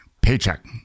paycheck